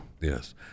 Yes